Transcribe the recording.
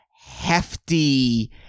hefty